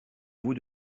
vous